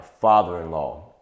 father-in-law